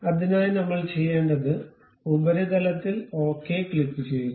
അതിനായി നമ്മൾ ചെയ്യേണ്ടത് ഉപരിതലത്തിൽ ഓക്കേ ക്ലിക്കുചെയ്യുക